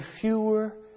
fewer